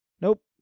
Nope